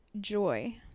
joy